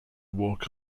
walk